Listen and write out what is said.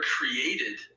created